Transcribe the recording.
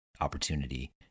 opportunity